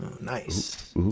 Nice